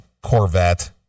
corvette